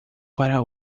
para